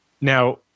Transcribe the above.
Now